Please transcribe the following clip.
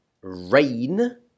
rain